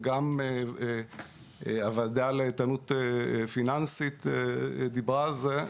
וגם הוועדה לאיתנות פיננסית דיברה על זה,